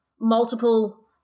multiple